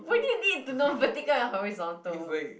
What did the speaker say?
won't you need to know vertical and horizontal